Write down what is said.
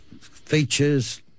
Features